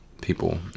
people